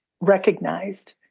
recognized